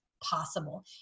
possible